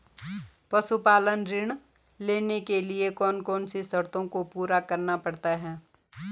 पशुपालन ऋण लेने के लिए कौन सी शर्तों को पूरा करना पड़ता है?